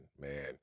man